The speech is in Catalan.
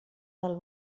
del